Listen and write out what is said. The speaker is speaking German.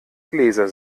gläser